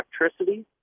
electricity